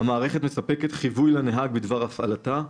המערכת מספקת חיווי לנהג בדבר הפעלתה,